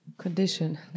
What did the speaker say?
Condition